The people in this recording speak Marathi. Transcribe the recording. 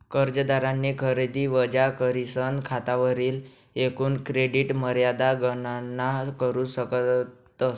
कर्जदारनी खरेदी वजा करीसन खातावरली एकूण क्रेडिट मर्यादा गणना करू शकतस